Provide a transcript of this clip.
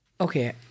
okay